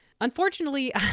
Unfortunately